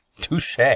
Touche